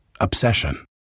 obsession